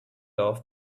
off